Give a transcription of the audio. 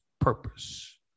purpose